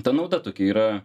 ta nauda tokia yra